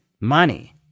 money